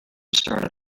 started